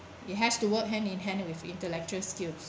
it has to work hand in hand with intellectual skills